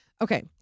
Okay